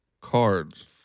Cards